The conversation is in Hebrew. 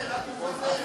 אורן, אל תתפטר.